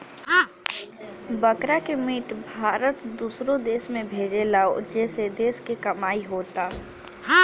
बकरा के मीट भारत दूसरो देश के भेजेला जेसे देश के कमाईओ होता